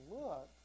look